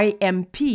IMP